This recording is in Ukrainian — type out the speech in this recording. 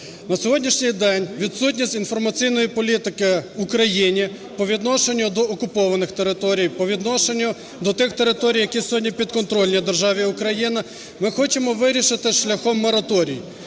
На сьогоднішній день відсутність інформаційної політики в Україні по відношенню до окупованих територій, по відношенню до тих територій, які сьогодні підконтрольні державі Україна, ми хочемо вирішити шляхом мораторію.